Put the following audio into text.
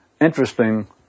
interesting